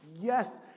Yes